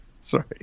sorry